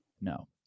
No